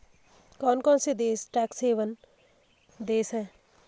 कौन कौन से देश टैक्स हेवन देश हैं?